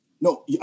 No